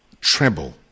treble